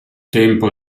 tempo